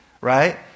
right